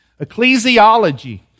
ecclesiology